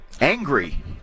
Angry